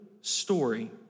story